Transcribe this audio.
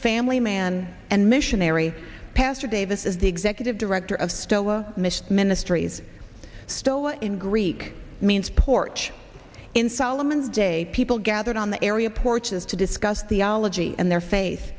family man and missionary pastor davis is the executive director of stella mission ministries still in greek means porch in solomon day people gathered on the area porches to discuss the ology and their face